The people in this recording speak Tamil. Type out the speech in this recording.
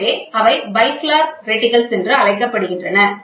எனவே அவை பைஃபிலர் ரெட்டிகல்ஸ் என்றும் அழைக்கப்படுகின்றன